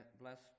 Bless